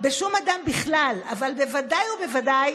בשום אדם בכלל, אבל בוודאי ובוודאי